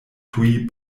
tuj